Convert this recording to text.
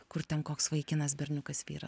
kur ten koks vaikinas berniukas vyra